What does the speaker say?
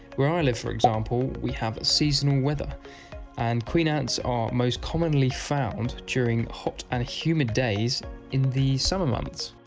where i live for example, we have seasonal weather and queen ants are most commonly found during hot and humid days in the summer months.